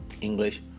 English